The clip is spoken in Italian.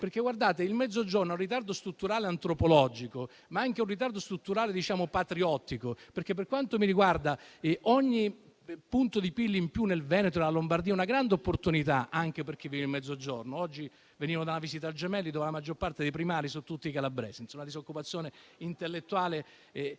Regione. Il Mezzogiorno ha un ritardo strutturale antropologico, ma anche un ritardo strutturale patriottico, perché per quanto mi riguarda ogni punto di PIL in più nel Veneto o nella Lombardia è una grande opportunità anche per chi vive nel Mezzogiorno. Oggi venivo da una visita al Gemelli dove la maggior parte dei primari sono calabresi, mentre al Sud c'è una disoccupazione intellettuale